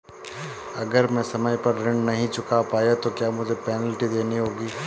अगर मैं समय पर ऋण नहीं चुका पाया तो क्या मुझे पेनल्टी देनी होगी?